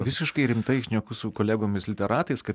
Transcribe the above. visiškai rimtai šneku su kolegomis literatais kad